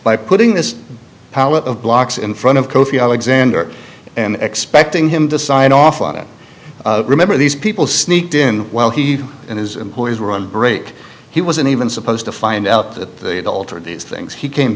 by putting this power of blocks in front of kofi alexander and expecting him to sign off on it remember these people sneaked in while he and his employees were on break he wasn't even supposed to find out that they had altered these things he came